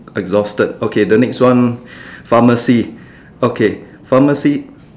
exhausted okay the next one pharmacy okay pharmacy